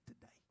today